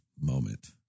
moment